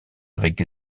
avec